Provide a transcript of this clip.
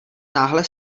náhle